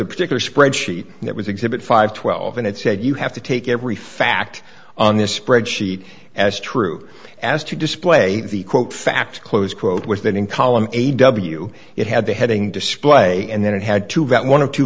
a particular spreadsheet that was exhibit five twelve and it said you have to take every fact on this spread sheet as true as to display the quote facts close quote was that in column a w it had the heading display and then it had to get one of two